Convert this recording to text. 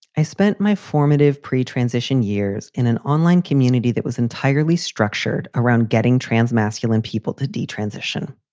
i spent my formative pre transition years in an online community that was entirely structured around getting trans masculine people to d transition.